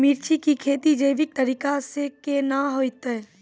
मिर्ची की खेती जैविक तरीका से के ना होते?